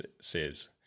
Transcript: says